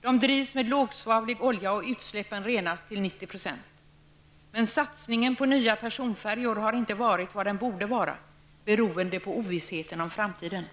De nya färjorna drivs med lågsvavlig olja, och utsläppen renas till 90 %. Men satsningen på nya personfärjor har inte varit vad den borde vara, beroende på ovissheten om framtiden.